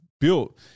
built